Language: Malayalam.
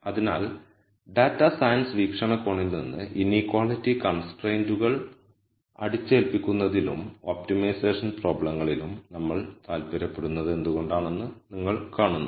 അതിനാൽ ഡാറ്റാ സയൻസ് വീക്ഷണകോണിൽ നിന്ന് ഇനീക്വളിറ്റി കൺസ്ട്രെന്റുകൾ അടിച്ചേൽപ്പിക്കുന്നതിലും ഒപ്റ്റിമൈസേഷൻ പ്രോബ്ലങ്ങളിലും നമ്മൾ താൽപ്പര്യപ്പെടുന്നത് എന്തുകൊണ്ടാണെന്ന് നിങ്ങൾ കാണുന്നു